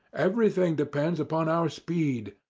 everything depends upon our speed.